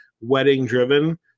wedding-driven